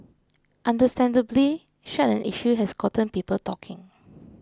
understandably such an issue has gotten people talking